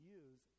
use